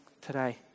today